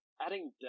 adding